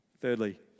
Thirdly